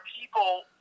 people